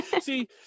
See